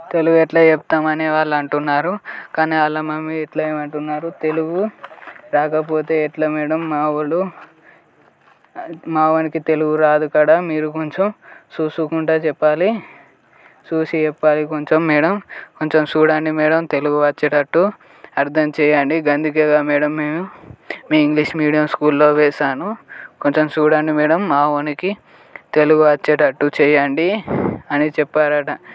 తెలుగు ఎట్లా చెప్తామని వాళ్ళు అంటున్నారు కానీ వాళ్ళ మమ్మీ ఇట్లా ఏమంటున్నారు తెలుగు రాకపోతే ఎట్లా మేడం మావోడు మావానికి తెలుగు రాదు కదా మీరు కొంచెం చూసుకుంటూ చెప్పాలి చూసి చెప్పాలి కొంచెం మేడం కొంచెం చూడండి మేడం తెలుగు వచ్చేటట్టు అర్థం చేయండి అందుకేగా మేడం నేను మీ ఇంగ్లీష్ మీడియం స్కూల్లో వేశాను కొంచెం చూడండి మేడం మావోనికి తెలుగు వచ్చేటట్టు చేయండి అని చెప్పారట